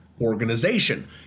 organization